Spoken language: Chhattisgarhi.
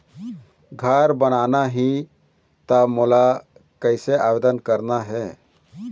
घर बनाना ही त मोला कैसे आवेदन करना हे?